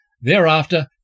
Thereafter